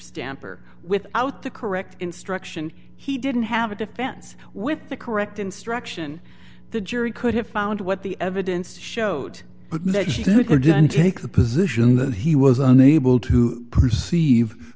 stamper without the correct instruction he didn't have a defense with the correct instruction the jury could have found what the evidence showed that she didn't take the position that he was unable to perceive